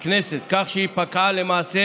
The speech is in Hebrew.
הכנסת, כך שהיא פקעה למעשה